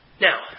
Now